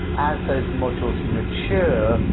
as those modules mature,